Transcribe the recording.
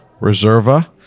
Reserva